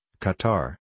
Qatar